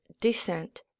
descent